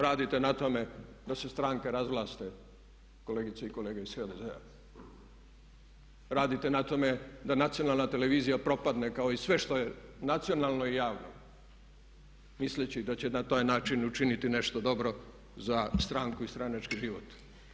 Radite na tome da se stranke razvlaste kolegice i kolege iz HDZ-a, radite na tome da nacionalna televizija propadne kao i sve što je i nacionalno i javno misleći da će na taj način učiniti nešto dobro za stranku i stranački život.